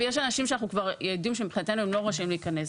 יש אנשים שאנחנו כבר יודעים שמבחינתנו הם לא רשאים להיכנס,